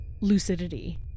lucidity